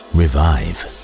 Revive